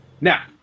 Now